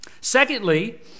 Secondly